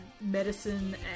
Medicine